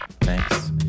Thanks